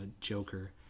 Joker